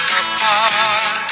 apart